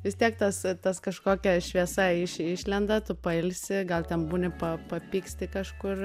vis tiek tas tas kažkokia šviesa iš išlenda tu pailsi gal ten būni pa papyksti kažkur